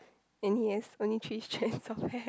and he has only three strands of hair